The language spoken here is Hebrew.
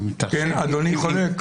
אדוני חולק?